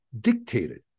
dictated